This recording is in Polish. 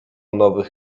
nowych